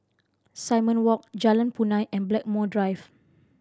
Simon Walk Jalan Punai and Blackmore Drive